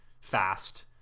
fast